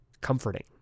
comforting